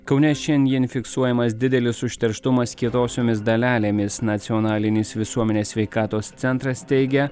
kaune šiandien fiksuojamas didelis užterštumas kietosiomis dalelėmis nacionalinis visuomenės sveikatos centras teigia